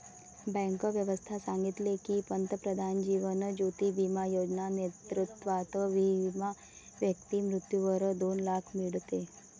bank व्यवस्था सांगितले की, पंतप्रधान जीवन ज्योती बिमा योजना नेतृत्वात विमा व्यक्ती मृत्यूवर दोन लाख मीडते